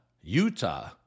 Utah